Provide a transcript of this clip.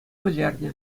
вӗлернӗ